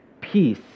peace